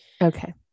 Okay